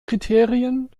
kriterien